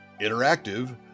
interactive